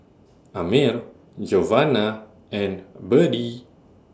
Amir Giovanna and Byrdie